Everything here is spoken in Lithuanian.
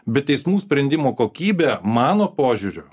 bet teismų sprendimų kokybė mano požiūriu